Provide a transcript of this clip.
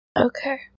Okay